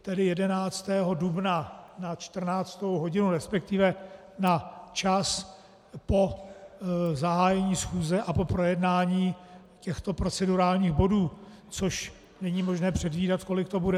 Tedy 11. dubna na 14. hodinu, respektive na čas po zahájení schůze a po projednání těchto procedurálních bodů, což není možné předvídat, v kolik to bude.